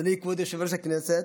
אדוני כבוד יושב-ראש הישיבה,